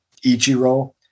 Ichiro